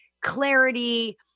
clarity